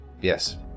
Yes